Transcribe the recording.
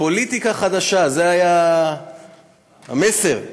מידע ממשלתיים ואופן השימוש בהם, מס' 6688,